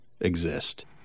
exist